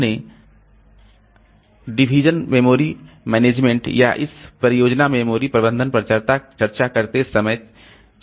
हमने विभाजन मेमोरी प्रबंधन या इस परियोजना मेमोरी प्रबंधन पर चर्चा करते समय चर्चा की है